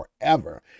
forever